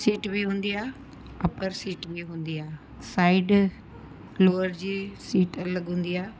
seat बि हूंदी आहे अपर सीट बि हूंदी आहे साइड लोअर जी सीट अलॻि हूंदी आहे